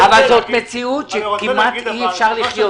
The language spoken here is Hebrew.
-- אבל זאת מציאות שכמעט אי אפשר לחיות אתה.